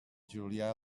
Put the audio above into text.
julià